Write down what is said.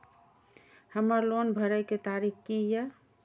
हमर लोन भरय के तारीख की ये?